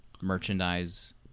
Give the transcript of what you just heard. merchandise